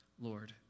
Lord